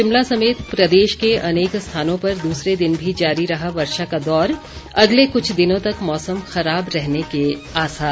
शिमला समेत प्रदेश के अनेक स्थानों पर दूसरे दिन भी जारी रहा वर्षा का दौर अगले क्छ दिनों तक मौसम खराब रहने के आसार